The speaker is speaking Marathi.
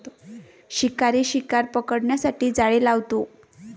शिकारी शिकार पकडण्यासाठी जाळे लावतो